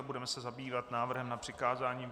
Budeme se zabývat návrhem na přikázání.